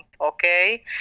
okay